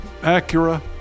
Acura